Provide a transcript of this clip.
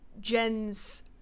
Jen's